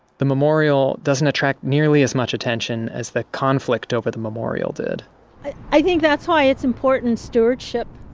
the memorial doesn't attract nearly as much attention as the conflict over the memorial did i think that's why it's important stewardship.